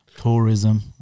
Tourism